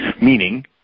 meaning